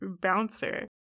bouncer